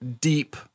deep